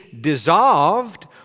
dissolved